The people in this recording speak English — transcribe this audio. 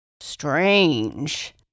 Strange